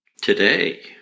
Today